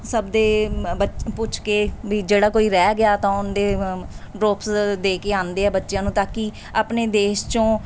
ਸਭ ਦੇ ਪੁੱਛ ਕੇ ਵੀ ਜਿਹੜਾ ਕੋਈ ਰਹਿ ਗਿਆ ਤਾਂ ਉਹਨਾਂ ਦੇ ਡਰੋਪਸ ਦੇ ਕੇ ਆਉਂਦੇ ਆ ਬੱਚਿਆਂ ਨੂੰ ਤਾਂ ਕਿ ਆਪਣੇ ਦੇਸ਼ 'ਚੋਂ